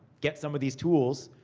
get some of these tools,